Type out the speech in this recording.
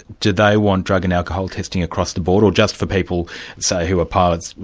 do they want drug and alcohol testing across the board, or just for people say who are pilots,